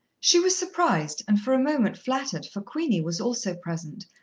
she was surprised, and for a moment flattered, for queenie was also present,